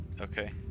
Okay